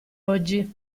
oggi